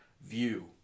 view